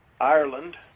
Ireland